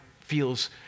feels